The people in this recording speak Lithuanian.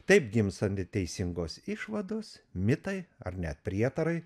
taip gimsta neteisingos išvados mitai ar net prietarai